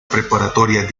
preparatoria